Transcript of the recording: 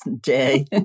day